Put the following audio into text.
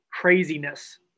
craziness